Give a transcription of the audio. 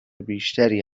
بیشتری